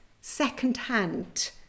secondhand